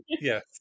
yes